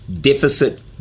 Deficit